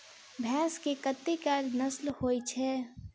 भैंस केँ कतेक नस्ल होइ छै?